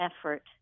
effort